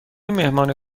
مهمان